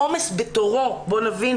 העומס בתורו בואו נבין,